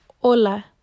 Hola